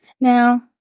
Now